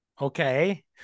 Okay